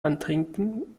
antrinken